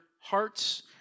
hearts